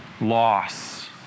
loss